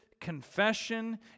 confession